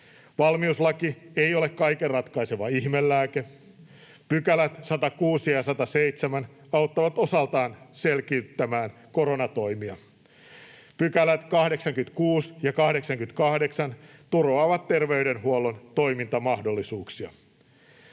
Valmiuslaki ei ole kaiken ratkaiseva ihmelääke. 106 ja 107 § auttavat osaltaan selkiyttämään koronatoimia. 86 ja 88 § turvaavat terveydenhuollon toimintamahdollisuuksia.